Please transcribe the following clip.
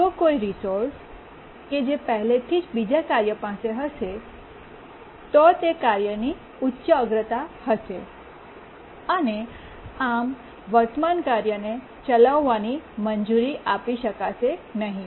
જો કોઈ રિસોર્સ કે જે પહેલાથી જ બીજા કાર્ય પાસે હશે તો તે કાર્યની ઉચ્ચ અગ્રતા હશે અને આમ વર્તમાન કાર્યને ચલાવવાની મંજૂરી આપી શકાશે નહીં